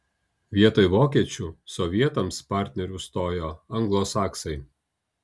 vietoj vokiečių sovietams partneriu stojo anglosaksai